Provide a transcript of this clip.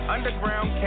Underground